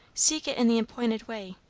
seek it in the appointed way.